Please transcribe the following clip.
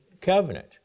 covenant